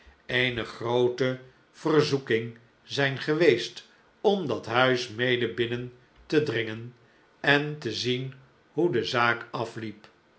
eene groote verzoeking zijn geweest om dat huis mede binnen te dringen en te zien hoe de zaak afliep